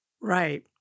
Right